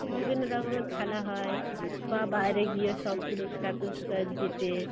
বিভিন্ন রকমের খেলা হয় বা বায়রে গিয়ে সব পুরস্কার টুরস্কার জেতে